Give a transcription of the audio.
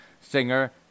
singer